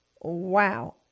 Wow